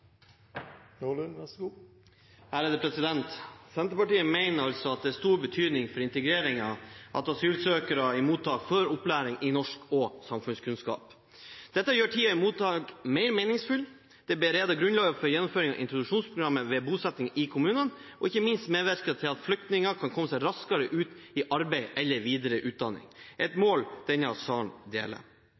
stor betydning for integreringen at asylsøkere i mottak får opplæring i norsk og samfunnskunnskap. Dette gjør tiden i mottak mer meningsfull, det bereder grunnen for gjennomføringen av introduksjonsprogrammet ved bosetting i kommunene, og ikke minst medvirker det til at flyktninger kan komme seg raskere ut i arbeid eller videre utdanning – et mål denne salen deler.